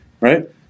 right